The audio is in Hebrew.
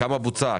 כמה בוצע,